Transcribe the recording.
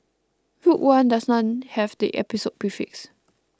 Rogue One does not have the Episode prefix